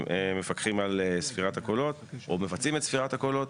ומפקחים על ספירת הקולות או מבצעים את ספירת הקולות.